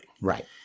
Right